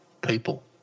people